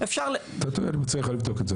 אני מציע לך לבדוק את זה.